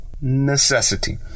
necessity